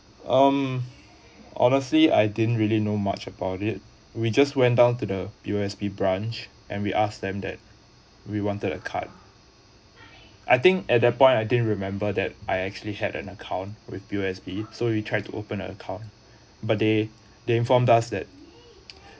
um honestly I didn't really know much about it we just went down to the P_O_S_B branch and we ask them that we wanted a card I think at that point I didn't remember that I actually had an account with P_O_S_B so we try to open a account but they they informed us that